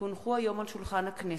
כי הונחו היום על שולחן הכנסת,